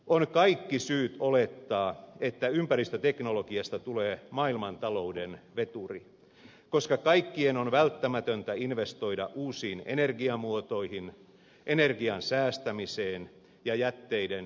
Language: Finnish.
on kaikki syyt olettaa että ympäristöteknologiasta tulee maailmantalouden veturi koska kaikkien on välttämätöntä investoida uusiin energiamuotoihin energian säästämiseen ja jätteiden kierrättämiseen